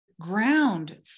Ground